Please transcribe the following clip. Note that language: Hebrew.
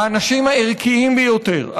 האנשים הערכיים ביותר,